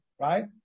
Right